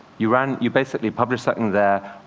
you and you basically published something there,